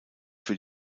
für